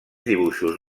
dibuixos